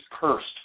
cursed